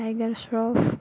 tiger Shroff